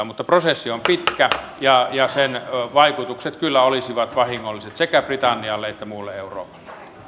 mutta prosessi on pitkä ja sen vaikutukset kyllä olisivat vahingolliset sekä britannialle että muulle euroopalle